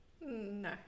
No